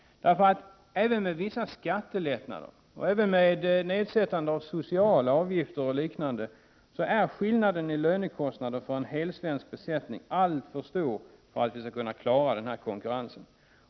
Även med vissa skattelättnader, nedsättande av sociala avgifter och liknande är skillnaden mellan lönekostnader för en helt svensk besättning och en blandad alltför stor för att vi skall kunna klara konkurrensen.